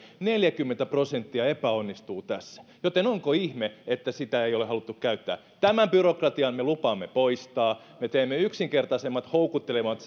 neljäkymmentä prosenttia epäonnistuu tässä joten onko ihme että sitä ei ole haluttu käyttää tämän byrokratian me lupaamme poistaa me teemme yksinkertaisemmat houkuttelevammat